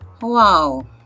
Wow